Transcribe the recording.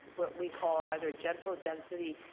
what we call either gentle density,